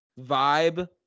vibe